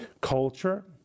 culture